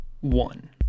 one